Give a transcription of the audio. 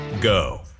go